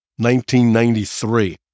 1993